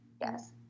Yes